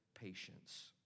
patience